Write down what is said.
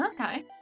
Okay